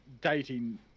dating